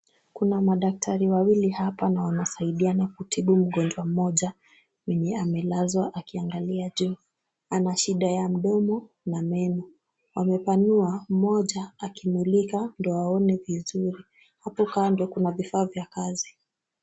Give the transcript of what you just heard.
Kuna madaktari wawili hapa na wanasaidiana kutibu mgonjwa mmoja mwenye amelazwa akiangalia juu. Ana shida ya mdomo na meno. Amepanua mmoja akimulika ndio waone vizuri. Hapo kando kuna vifaa vya kazi.